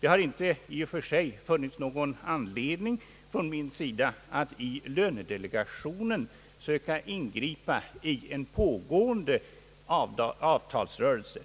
Det har inte i och för sig funnits någon anledning att från min sida i lönedelegationen söka ingripa i en pågående avtalsrörelse.